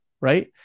right